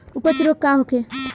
अपच रोग का होखे?